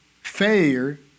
failure